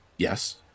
Yes